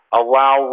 allow